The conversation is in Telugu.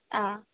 ఆ